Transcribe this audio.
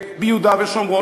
ביהודה ושומרון.